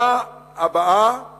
הבאה